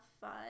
fun